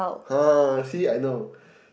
ha see I know